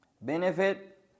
benefit